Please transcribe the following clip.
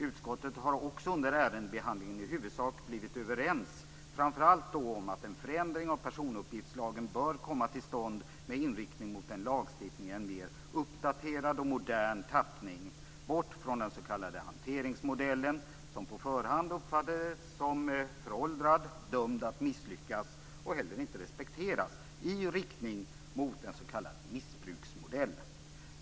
Utskottet har också under ärendebehandlingen i huvudsak blivit överens framför allt om att en förändring av personuppgiftslagen bör komma till stånd med inriktning mot en lagstiftning i en mer uppdaterad och modern tappning, bort från den s.k. hanteringsmodellen, som på förhand uppfattades som föråldrad och dömd att misslyckas och heller inte respekterades, i riktning mot en s.k. missbruksmodell.